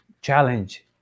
challenge